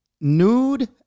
nude